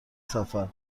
سفر